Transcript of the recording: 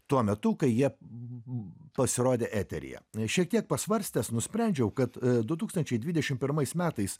tuo metu kai jie pasirodė eteryje šiek tiek pasvarstęs nusprendžiau kad du tūkstančiai dvidešim pirmais metais